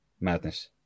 Madness